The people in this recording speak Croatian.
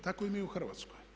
Tako i mi u Hrvatskoj.